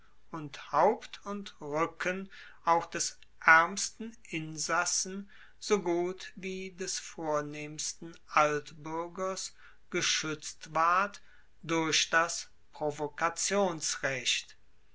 und haupt und ruecken auch des aermsten insassen so gut wie des vornehmsten altbuergers geschuetzt ward durch das